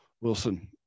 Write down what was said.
Wilson